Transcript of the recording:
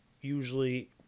usually